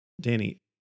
Danny